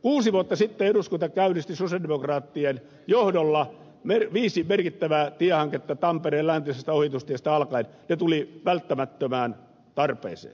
kuusi vuotta sitten eduskunta käynnisti sosialidemokraattien johdolla viisi merkittävää tiehanketta tampereen läntisestä ohitustiestä alkaen ja ne tulivat välttämättömään tarpeeseen